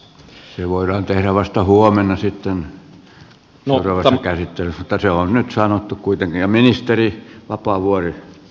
ehdotus voidaan tehdä vasta huomenna sitten seuraavassa käsittelyssä mutta se on nyt sanottu kuitenkin